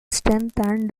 strength